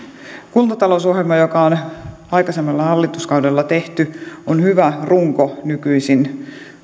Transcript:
kuntatalousohjelma joka on aikaisemmalla hallituskaudella tehty on hyvä runko nykyisin